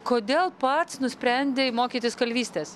kodėl pats nusprendei mokytis kalvystės